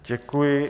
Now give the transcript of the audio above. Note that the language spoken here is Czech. Děkuji.